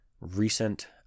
recent